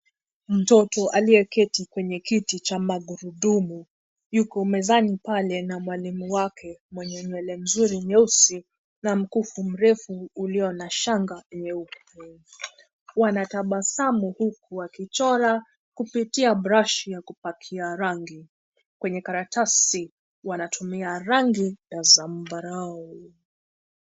Mtoto aliyeketi kwenye kiti cha magurudumu yuko mezani pale na mwalimu wake mwenye nywele nzuri nyeusi na mkufu mrefu ulio na shanga nyeupe. Wanatabasamu huku wakichora kupitia brashi ya kupakia rangi kwenye karatasi wanatumia rangi ya zambarau.